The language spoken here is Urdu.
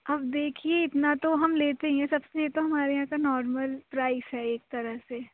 اب دیکھیے اتنا تو ہم لیتے ہی ہیں سب سے یہ تو ہمارے یہاں کا نارمل پرائس ہے ایک طرح سے